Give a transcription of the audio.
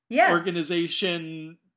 organization